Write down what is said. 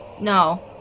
No